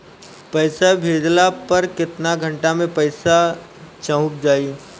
पैसा भेजला पर केतना घंटा मे पैसा चहुंप जाई?